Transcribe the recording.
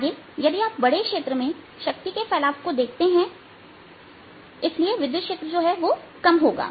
आगे यदि आप बड़े क्षेत्र में शक्ति के फैलाव को देखते हैं और इसलिए विद्युत क्षेत्र कम होगा